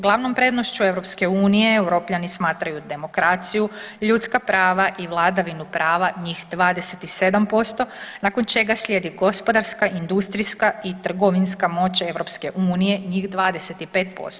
Glavnom prednošću EU Europljani smatraju demokraciju, ljudska prava i vladavinu prava, njih 27% nakon čega slijedi gospodarska, industrijska i trgovinska moć EU, njih 25%